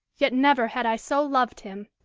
yet never had i so loved him!